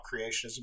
creationism